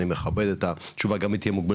ואני מכבד את התשובה גם היא תהיה מוגבלת,